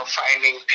finding